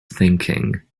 thinking